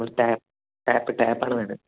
നമ്മൾ tap tap tap ആണ് വേണ്ടത്